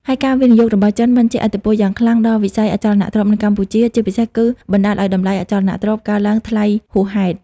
ហើយការវិនិយោគរបស់ចិនបានជះឥទ្ធិពលយ៉ាងខ្លាំងដល់វិស័យអចលនទ្រព្យនៅកម្ពុជា ជាពិសេសគឺបណ្ដាលឲ្យតម្លៃអចលនទ្រព្យកើនឡើងថ្លៃហួសហេតុ។